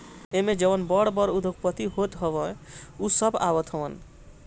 एमे जवन बड़ बड़ उद्योगपति होत हवे उ सब आवत हवन